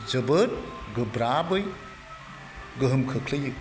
जोबोद गोब्राबै गोहोम खोख्लैयो